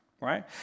right